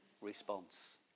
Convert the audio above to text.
response